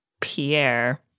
Pierre